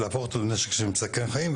להפוך אותו לנשק שמסכן חיים,